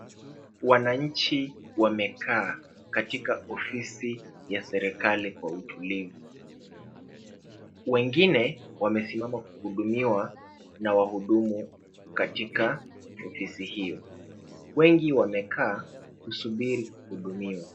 Wananchi wamekaa katika ofisi ya serikali kwa utulivu. Wengine wamesimama kuhudumiwa na wahudumu katika ofisi hiyo. Wengi wamekaa kusubiri kuhudumiwa.